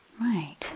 right